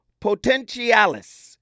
potentialis